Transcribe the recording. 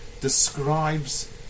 describes